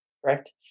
Correct